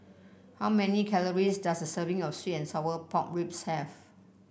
how many calories does a serving of sweet and Sour Pork Ribs have